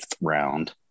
round